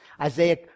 Isaiah